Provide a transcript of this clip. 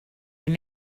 and